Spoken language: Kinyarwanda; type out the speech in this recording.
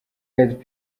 eyed